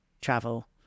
travel